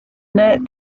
inert